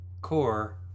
core